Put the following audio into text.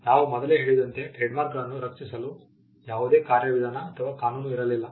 ನಾವು ಮೊದಲೇ ಹೇಳಿದಂತೆ ಟ್ರೇಡ್ಮಾರ್ಕ್ಗಳನ್ನು ರಕ್ಷಿಸಲು ಯಾವುದೇ ಕಾರ್ಯವಿಧಾನ ಅಥವಾ ಕಾನೂನು ಇರಲಿಲ್ಲ